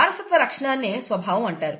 వారసత్వ లక్షణాన్ని స్వభావం అంటారు